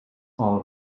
all